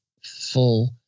full